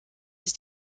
sich